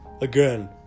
Again